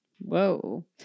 Whoa